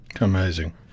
Amazing